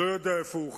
לא יודע איפה הוא חי.